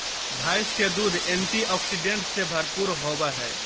भैंस के दूध एंटीऑक्सीडेंट्स से भरपूर होबय हइ